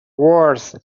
worth